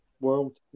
world